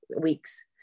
weeks